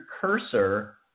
cursor